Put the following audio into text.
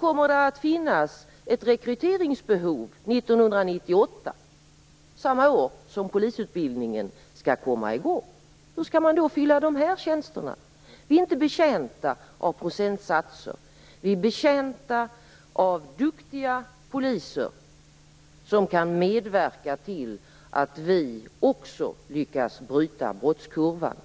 kommer det att finnas ett rekryteringsbehov 1998, samma år som polisutbildningen skall komma i gång. Hur skall man då fylla de här tjänsterna? Vi är inte betjänta av procentsatser, vi är betjänta av duktiga poliser som kan medverka till att vi också lyckas bryta brottskurvan.